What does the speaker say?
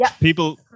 People